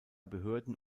behörden